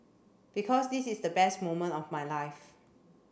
because this is the best moment of my life